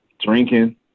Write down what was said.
drinking